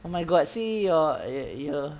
oh my god see your your